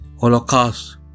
Holocaust